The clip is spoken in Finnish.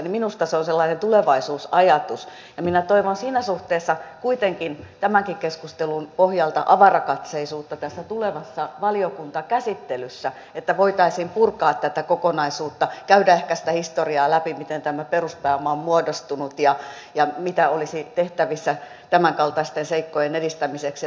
minusta se on sellainen tulevaisuusajatus ja minä toivon siinä suhteessa kuitenkin tämän keskustelun pohjalta avarakatseisuutta tässä tulevassa valiokuntakäsittelyssä että voitaisiin purkaa tätä kokonaisuutta käydä ehkä sitä historiaa läpi miten tämä peruspääoma on muodostunut ja sitä mitä olisi tehtävissä tämänkaltaisten seikkojen edistämiseksi